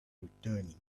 returning